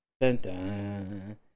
Dun-dun